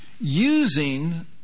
Using